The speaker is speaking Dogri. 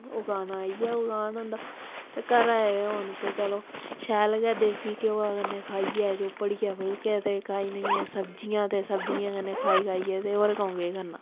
उगाना इ'यै उगान होंदा ते घरा दे होन ते चलो शैल गै देसी घ्योआ कन्नै खाइयै चुपड़ियै फुलके ते खाई ओड़नियां सब्जियां ते सब्जियें कन्नै खाई खाइयै ते होर कदूं केह् करना